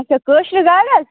اَچھا کٲشرِ گاڈٕ